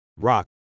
rock